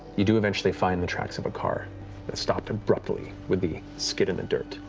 you do eventually find the tracks of a car that stopped abruptly with the skid in the dirt,